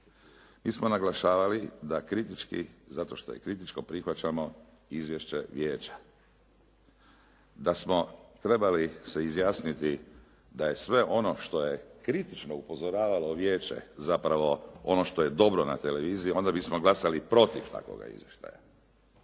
Mi smo naglašavali da kritički, zato što je kritičko prihvaćamo izvješće vijeća. Da smo trebali se izjasniti da je sve ono što je kritično upozoravalo vijeće zapravo ono što je dobro na televiziji, onda bismo glasali protiv takvoga izvještaja.